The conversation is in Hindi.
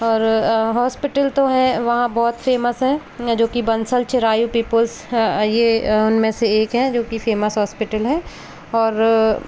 और हॉस्पिटल तो हैं वहाँ बहुत फ़ेमस हैं जो कि बंसल चिरायू पीपल्स है ये उनमें से एक है जो कि फ़ेमस हॉस्पिटल है और